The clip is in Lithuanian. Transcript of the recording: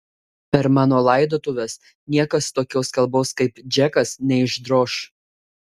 per mano laidotuves niekas tokios kalbos kaip džekas neišdroš